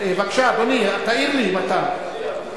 בבקשה, אדוני, תעיר לי, אם אתה רוצה.